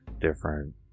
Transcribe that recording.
different